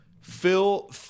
Phil